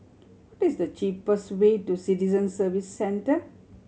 what is the cheapest way to Citizen Service Centre